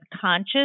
conscious